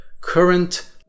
current